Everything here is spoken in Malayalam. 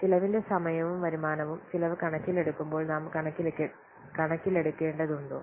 ചെലവിന്റെ സമയവും വരുമാനവും ചെലവ് കണക്കിലെടുക്കുമ്പോൾ നാം കണക്കിലെടുക്കേണ്ടതുണ്ടോ